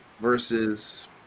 versus